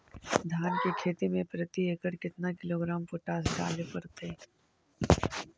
धान की खेती में प्रति एकड़ केतना किलोग्राम पोटास डाले पड़तई?